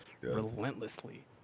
relentlessly